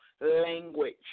language